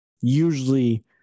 usually